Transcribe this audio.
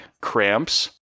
cramps